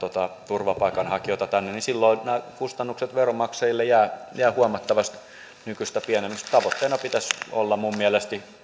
turvapaikanhakijoita tänne niin silloin nämä kustannukset veronmaksajille jäävät huomattavasti nykyistä pienemmiksi tavoitteena pitäisi olla minun mielestäni